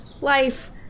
Life